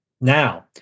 Now